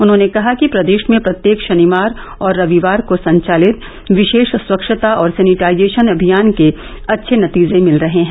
उन्होंने कहा कि प्रदेश में प्रत्येक शनिवार व रविवार को संचालित विशेष स्वच्छता और सैनिटाइजेशन अभियान के अच्छे नतीजे मिल रहे हैं